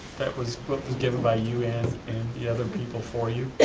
was given by you and the other people for you.